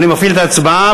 אני מפעיל את ההצבעה.